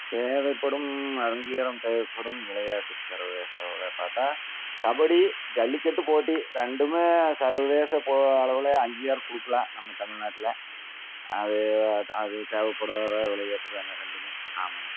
தேவைப்படும் அங்கீகாரம் தேவைப்படும் விளையாட்டு சர்வதேச அளவில் பார்த்தா கபடி ஜல்லிக்கட்டு போட்டி ரெண்டும் சர்வதேச போ அளவில் அங்கீகாரம் கொடுக்கலாம் நம்ம தமிழ்நாட்டில் அது அது தேவப்படுகிற விளையாட்டு தாங்க ரெண்டும் ஆமாங்க